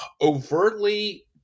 overtly